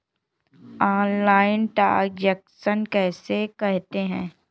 Online transaction कैसे करते हैं?